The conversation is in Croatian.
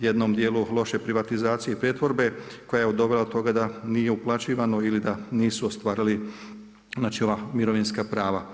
jednom dijelu loše privatizacije i pretvorbe koja je dovela do toga da nije uplaćivano ili da nisu ostvarili ova mirovinska prava.